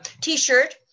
t-shirt